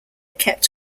kept